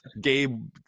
Gabe